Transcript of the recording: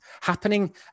happening